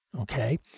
Okay